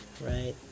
right